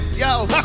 Yo